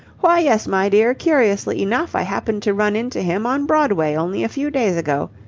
why yes, my dear, curiously enough i happened to run into him on broadway only a few days ago.